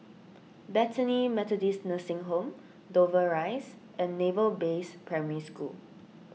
Bethany Methodist Nursing Home Dover Rise and Naval Base Primary School